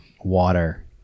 water